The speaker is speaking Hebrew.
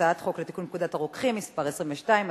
הצעת חוק לתיקון פקודת הרוקחים (מס' 22),